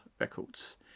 Records